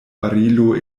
barilo